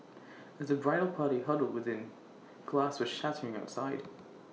as the bridal party huddled within glass was shattering outside